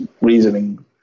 reasoning